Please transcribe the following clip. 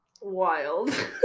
wild